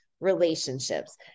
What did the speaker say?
relationships